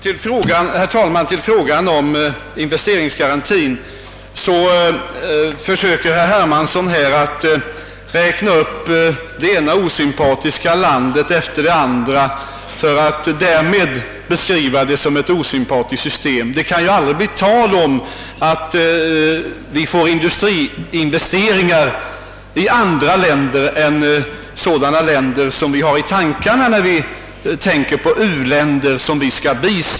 Herr talman! Herr Hermansson räknade upp det ena osympatiska landet efter det andra för att därmed beskriva investeringsgarantisystemet som ett osympatiskt system. Det kan ju aldrig bli tal om att ge investeringsgarantier för investeringar i andra länder än sådana som kan komma i fråga för ulandsbistånd.